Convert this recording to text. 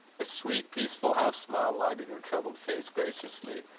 a sweet peaceful half smile lighted her troubled face graciously,